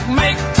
make